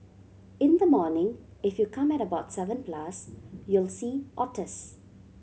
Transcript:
in the morning if you come at about seven plus you'll see otters